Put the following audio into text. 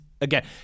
again